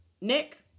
Nick